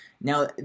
Now